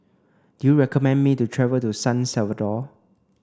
do you recommend me to travel to San Salvador